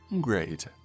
Great